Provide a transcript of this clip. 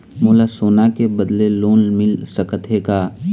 मोला सोना के बदले लोन मिल सकथे का?